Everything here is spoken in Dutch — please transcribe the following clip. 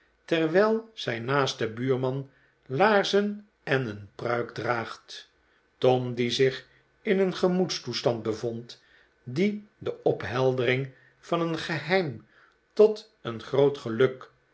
terwijl zijn naaste buurman laarzen en een pruik draagt tom die zich in een gemoedstoestand bevond die de opheldering van een geheim tot een groot geluk